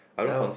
nope